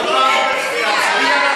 ותכל'ס?